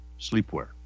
sleepwear